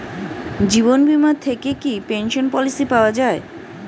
জীবন বীমা থেকে কি পেনশন পলিসি পাওয়া যায়?